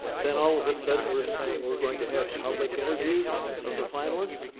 then all of a sudden we're saying, we're going to have public interviews of the finalists.